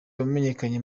wamenyekanye